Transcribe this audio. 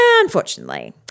Unfortunately